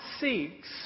seeks